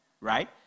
right